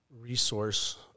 resource